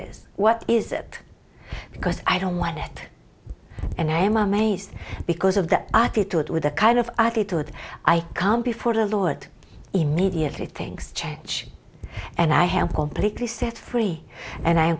is what is it because i don't want it and i am amazed because of that i could do it with the kind of attitude i can before the lord immediately things change and i